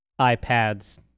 iPads